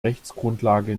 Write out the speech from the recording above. rechtsgrundlage